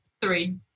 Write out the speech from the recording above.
Three